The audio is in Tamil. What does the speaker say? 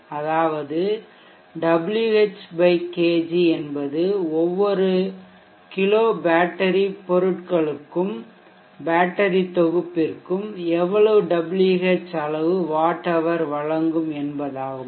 அதாவது Wh kg என்பது ஒவ்வொரு கிலோ பேட்டரி பொருட்களுக்கும் பேட்டரி தொகுப்பிற்கும் எவ்வளவு Wh அளவு வாட் ஹவர் வழங்கும் என்பதாகும்